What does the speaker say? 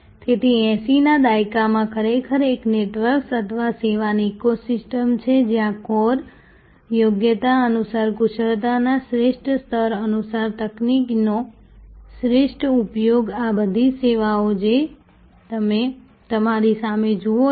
તેથી 80 ના દાયકામાં ખરેખર એક નેટવર્ક અથવા સેવાની ઇકો સિસ્ટમ છે જ્યાં કોર યોગ્યતા અનુસાર કુશળતાના શ્રેષ્ઠ સ્તર અનુસાર તકનીકીનો શ્રેષ્ઠ ઉપયોગ આ બધી સેવાઓ જે તમે તમારી સામે જુઓ છો